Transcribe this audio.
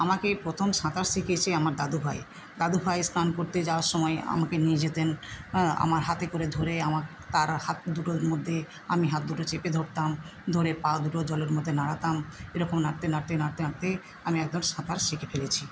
আমাকে প্রথম সাঁতার শিখিয়েছে আমার দাদুভাই দাদুভাই স্নান করতে যাওয়ার সময় আমাকে নিয়ে যেতেন আমার হাতে করে ধরে আমাক তার হাত দুটোর মধ্যে আমি হাত দুটো চেপে ধরতাম ধরে পা দুটো জলের মধ্যে নাড়াতাম এরকম নাড়তে নাড়তে নাড়তে নাড়তে আমি একদম সাঁতার শিখে ফেলেছি